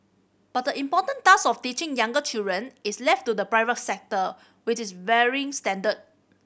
but the important task of teaching younger children is left to the private sector with its varying standard